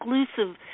exclusive